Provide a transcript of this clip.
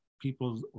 people